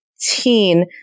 teen